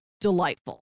delightful